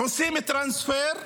עושים טרנספר,